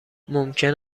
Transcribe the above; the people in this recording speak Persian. ممکن